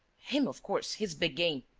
him, of course. he's big game.